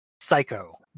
psycho